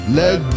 let